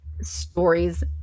stories